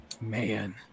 man